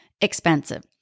expensive